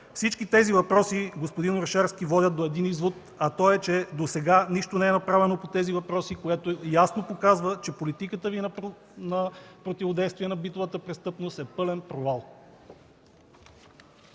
Всички тези въпроси, господин Орешарски, водят до един извод – досега нищо не е направено по тези въпроси, което ясно показва, че политиката Ви на противодействие на битовата престъпност е пълен провал.